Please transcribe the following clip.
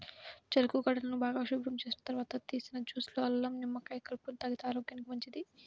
చెరుకు గడలను బాగా శుభ్రం చేసిన తర్వాత తీసిన జ్యూస్ లో అల్లం, నిమ్మకాయ కలుపుకొని తాగితే ఆరోగ్యానికి మంచిది